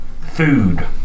food